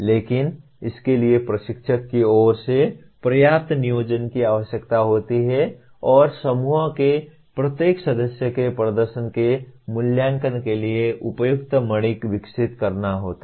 लेकिन इसके लिए प्रशिक्षक की ओर से पर्याप्त नियोजन की आवश्यकता होती है और समूह के प्रत्येक सदस्य के प्रदर्शन के मूल्यांकन के लिए उपयुक्त माणिक विकसित करना होता है